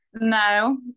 no